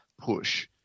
push